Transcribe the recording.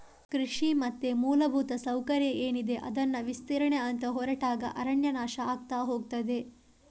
ಕೃಷಿ ಮತ್ತೆ ಮೂಲಭೂತ ಸೌಕರ್ಯ ಏನಿದೆ ಅದನ್ನ ವಿಸ್ತರಣೆ ಅಂತ ಹೊರಟಾಗ ಅರಣ್ಯ ನಾಶ ಆಗ್ತಾ ಹೋಗ್ತದೆ